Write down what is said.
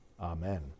Amen